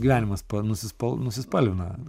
gyvenimas pan nusi nusispalvina